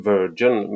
Virgin